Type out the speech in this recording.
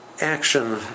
action